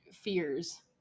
fears